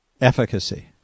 efficacy